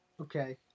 Okay